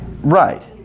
Right